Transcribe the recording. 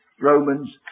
Romans